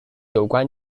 有关